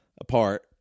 apart